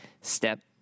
step